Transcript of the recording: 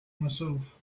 myself